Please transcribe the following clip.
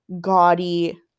gaudy